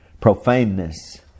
profaneness